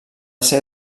ser